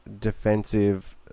defensive